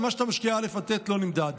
וכשמה שאתה משקיע בכיתות א' ט' לא נמדד?